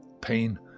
pain